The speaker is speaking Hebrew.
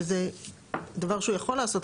שזה דבר שהוא יכול לעשות.